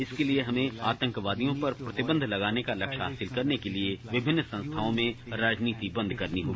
इसके लिये हमें आतंकवादियो पर प्रतिबंध लगाने का लक्ष्य हासिल करने के लिये विभिन्न संस्थाओ में राजनीति बंद करनी होगी